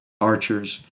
archers